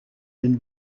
une